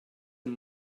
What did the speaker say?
and